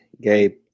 Gabe